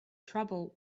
trouble